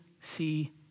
see